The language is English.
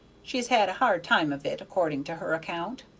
she's had a hard time of it, according to her account,